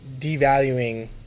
devaluing